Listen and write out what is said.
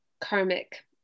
karmic